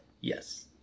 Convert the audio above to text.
Yes